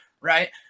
right